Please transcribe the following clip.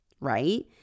right